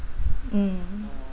mm